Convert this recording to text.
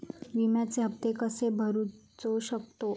विम्याचे हप्ते कसे भरूचो शकतो?